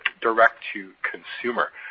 direct-to-consumer